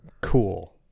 Cool